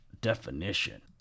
Definition